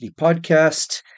Podcast